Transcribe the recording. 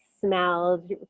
smelled